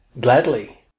Gladly